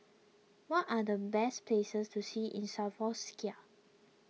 what are the best places to see in Slovakia